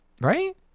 Right